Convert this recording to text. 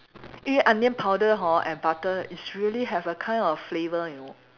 eh onion powder hor and butter is really have a kind of flavour you know